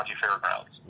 Fairgrounds